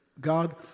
God